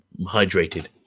hydrated